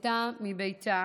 בצאתה מביתה